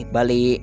Bali